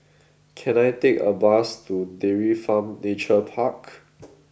can I take a bus to Dairy Farm Nature Park